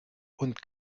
und